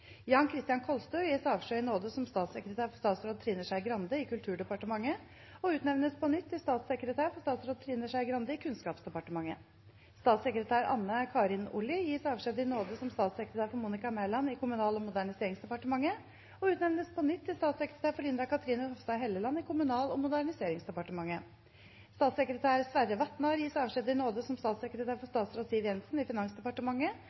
Jan Christian Kolstø gis avskjed i nåde som statssekretær for statsråd Trine Skei Grande i Kulturdepartementet og utnevnes på nytt til statssekretær for statsråd Trine Skei Grande i Kunnskapsdepartementet Statssekretær Anne Karin Olli gis avskjed i nåde som statssekretær for Monica Mæland i Kommunal- og moderniseringsdepartementet og utnevnes på nytt til statssekretær for Linda Cathrine Hofstad Helleland i Kommunal- og moderniseringsdepartementet. Statssekretær Sverre Vatnar gis avskjed i nåde som statssekretær for statsråd Siv Jensen i Finansdepartementet